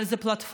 אבל זו פלטפורמה,